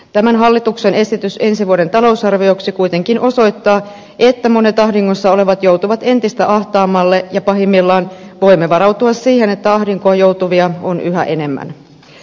tämän hallituksen esitys ensi vuoden talousarvioksi kuitenkin osoittaa että monet ahdingossa olevat joutuvat entistä ahtaammalle ja pahimmillaan voimme varautua siihen että ahdinkoon joutuvia on yhä enemmän